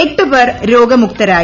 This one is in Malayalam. എട്ട് പേർ രോഗമുക്തരായി